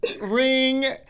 ring